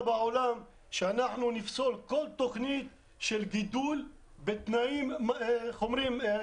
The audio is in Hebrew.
בעולם שאנחנו נפסול כל תוכנית של גידול בתנאים עודפים